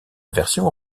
version